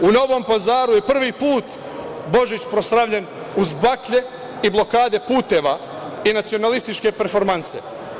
U Novom Pazaru je prvi put Božić proslavljen uz baklje i blokade puteva i nacionalističke performanse.